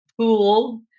pool